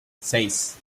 seis